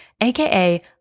aka